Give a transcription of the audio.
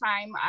time